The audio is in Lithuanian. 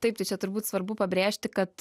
taip tai čia turbūt svarbu pabrėžti kad